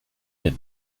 did